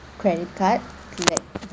credit card